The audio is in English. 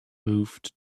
moved